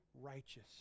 righteous